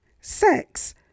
sex